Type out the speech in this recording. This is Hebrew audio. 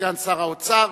סגן שר האוצר,